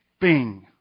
bing